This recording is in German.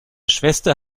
schwester